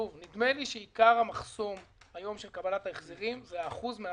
נדמה לי שעיקר המחסום של קבלת ההחזרים הוא האחוז מן